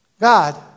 God